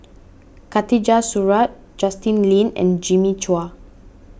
Khatijah Surattee Justin Lean and Jimmy Chua